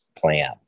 plan